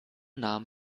nahm